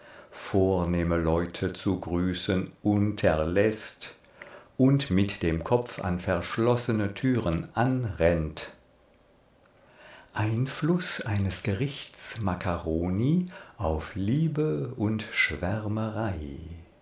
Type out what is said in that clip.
vornehme leute zu grüßen unterläßt und mit dem kopf an verschlossene türen anrennt einfluß eines gerichts makkaroni auf liebe und